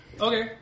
Okay